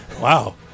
wow